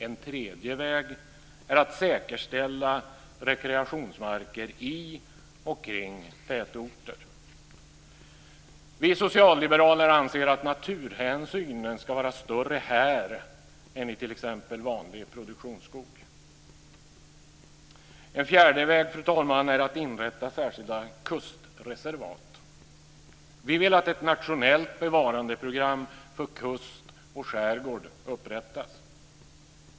En tredje väg är att säkerställa rekreationsmarker i och kring tätorter. Vi socialliberaler anser att naturhänsynen ska vara större där än i t.ex. vanlig produktionsskog. En fjärde väg, fru talman, är att inrätta särskilda kustreservat. Vi vill att ett nationellt bevarandeprogram för kust och skärgård upprättas.